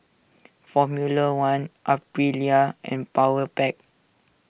Formula one Aprilia and Powerpac